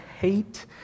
hate